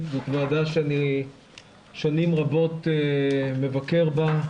זו ועדה שאני שנים רבות מבקר בה,